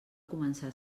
començar